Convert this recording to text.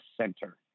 center